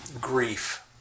grief